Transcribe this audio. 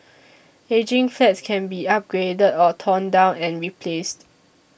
ageing flats can be upgraded or torn down and replaced